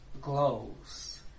glows